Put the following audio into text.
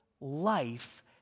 life